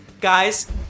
Guys